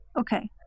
Okay